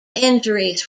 injuries